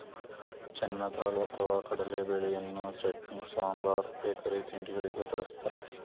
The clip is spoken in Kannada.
ಚೆನ್ನ ದಾಲ್ ಅಥವಾ ಕಡಲೆಬೇಳೆಯನ್ನು ಚಟ್ನಿ, ಸಾಂಬಾರ್ ಬೇಕರಿ ತಿಂಡಿಗಳಿಗೆ ಬಳ್ಸತ್ತರೆ